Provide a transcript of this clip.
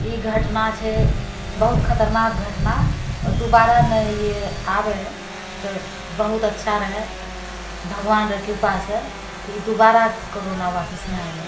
ई घटना छै बहुत खतरनाक घटना दुबारा नहिए आबै तऽ बहुत अच्छा रहै भगवानरऽ कृपासँ ई दुबारा कोरोना वापस नहि आबै